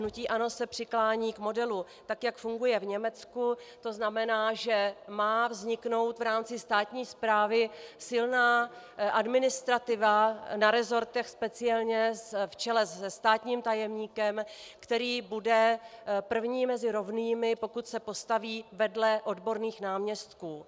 Hnutí ANO se přiklání k modelu, tak jak funguje v Německu, tzn. že má vzniknout v rámci státní správy silná administrativa na resortech speciálně v čele se státním tajemníkem, který bude první mezi rovnými, pokud se postaví vedle odborných náměstků.